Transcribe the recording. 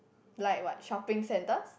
like what shopping centres